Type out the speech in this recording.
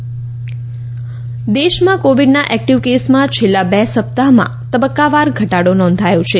દેશ કોવિડ દેશમાં કોવિડના એક્ટીવ કેસમાં છેલ્લા બે સપ્તાહમાં તબક્કાવાર ઘટાડો નોંધાથો છે